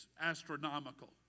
astronomical